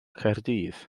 caerdydd